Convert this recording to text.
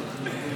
הוסרה.